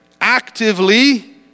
actively